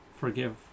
Forgive